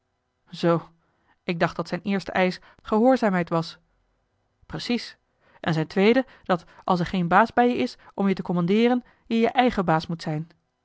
zoo ik dacht dat zijn eerste eisch gehoorzaamheid was precies en zijn tweede dat als er geen baas bij je is om je te commandeeren je je eigen baas moet zijn